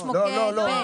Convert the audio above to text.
יש מוקד ב',